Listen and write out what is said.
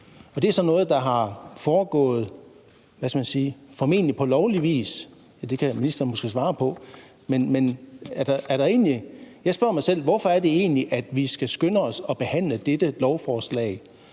Det er noget, der er foregået på formentlig lovlig vis, men det kan ministeren måske svare på, men jeg spørger mig selv, hvorfor det egentlig er, at vi skal skynde os at behandle dette lovforslag